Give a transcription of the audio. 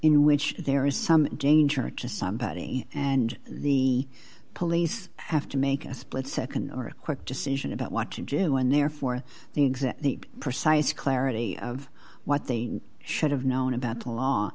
in which there is some danger to somebody and the police have to make a split nd or a quick decision about what to do and therefore the exact precise clarity of what they should have known about the law